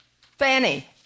Fanny